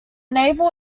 naval